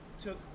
took